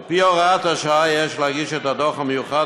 על-פי הוראת השעה יש להגיש את הדוח המיוחד